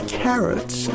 carrots